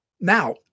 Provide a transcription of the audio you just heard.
Now